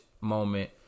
moment